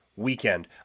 weekend